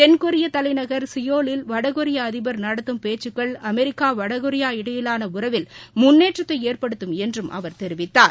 தென்கொரிய தலைநகர் சியோலில் வடகொரிய அதிபர் நடத்தும் பேச்சுக்கள் அமெரிக்கா வடகொரியா இடையிலான உறவில் முன்னேற்றத்தை ஏற்படுத்தும் என்றும் அவர் தெரிவித்தார்